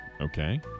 Okay